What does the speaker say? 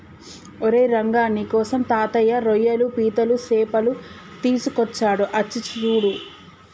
ఓరై రంగ నీకోసం తాతయ్య రోయ్యలు పీతలు సేపలు తీసుకొచ్చాడు అచ్చి సూడు